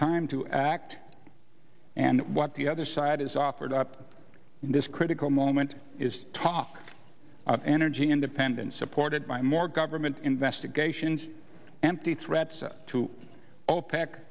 time to act and what the other side has offered up in this critical moment is talk of energy independence supported by more government investigations empty threats to opec